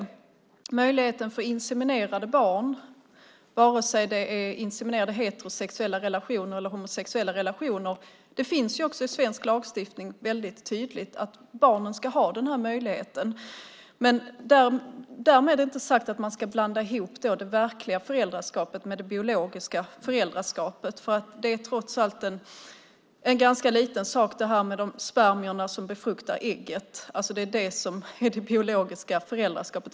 Denna möjlighet för barn finns väldigt tydlig i svensk lagstiftning, vare sig det handlar om insemination i heterosexuella eller i homosexuella relationer. Därmed inte sagt att man ska blanda ihop det verkliga föräldraskapet med det biologiska föräldraskapet, för detta med spermierna som befruktar ägget, det som är det biologiska föräldraskapet, är trots allt en liten sak.